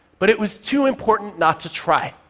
but it was too important not to try.